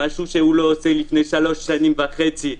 משהו שהוא לא עושה כבר שלוש שנים וחצי.